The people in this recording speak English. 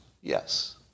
Yes